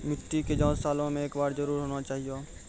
मिट्टी के जाँच सालों मे एक बार जरूर होना चाहियो?